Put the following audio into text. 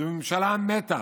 זו ממשלה מתה